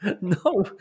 No